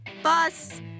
Bus